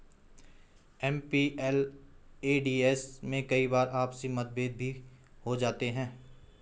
MPLADS में कई बार आपसी मतभेद भी हो जाते हैं